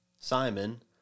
Simon